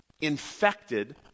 infected